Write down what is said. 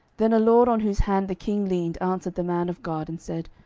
then a lord on whose hand the king leaned answered the man of god, and said,